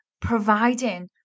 providing